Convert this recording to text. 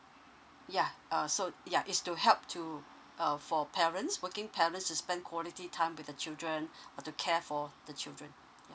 ya uh so ya is to help to uh for parents working parents to spend quality time with the children or to care for the children